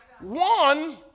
One